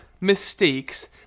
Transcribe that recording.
mistakes